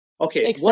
Okay